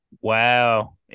Wow